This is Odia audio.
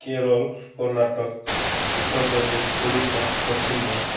କେରଳ କର୍ଣ୍ଣାଟକ ଉତ୍ତରପ୍ରଦେଶ ଓଡ଼ିଶା ପଶ୍ଚିମବଙ୍ଗ